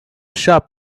shop